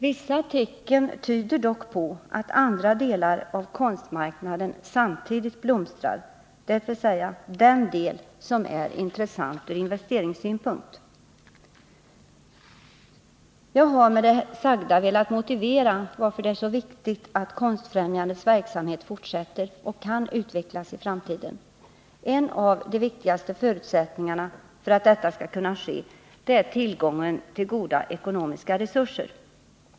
Vissa tecken tyder dock på att andra delar av konstmarknaden samtidigt blomstrar, dvs. den del som är intressant ur investeringssynpunkt. Jag har med det sagda velat motivera, varför det är så viktigt att Konstfrämjandets verksamhet fortsätter och kan utvecklas i framtiden. En av de viktigaste förutsättningarna för att detta skall kunna ske är tillgången till goda ekonomiska resurser.